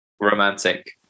romantic